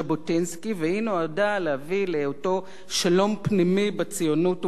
והיא נועדה להביא לאותו שלום פנימי בציונות וביישוב.